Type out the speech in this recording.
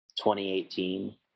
2018